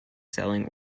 selling